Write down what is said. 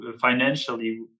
financially